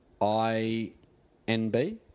INB